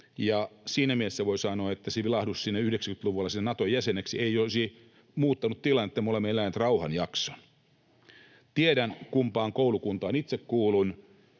siinä mielessä voi sanoa, että se vilahdus siinä 90-luvulla sinne Naton jäseneksi ei olisi muuttanut tilannetta, me olemme eläneet rauhanjakson. Tiedän, kumpaan koulukuntaan itse kuulun.